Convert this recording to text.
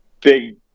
Big